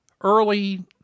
early